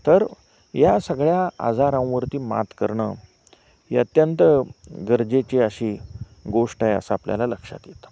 तर या सगळ्या आजारांवरती मात करणं ही अत्यंत गरजेची अशी गोष्ट आहे असं आपल्याला लक्षात येतं